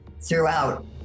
throughout